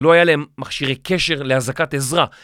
לא היה להם מכשירי קשר להזעקת עזרה.